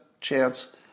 chance